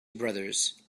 brothers